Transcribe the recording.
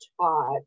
taught